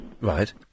Right